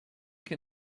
can